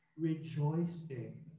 rejoicing